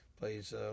plays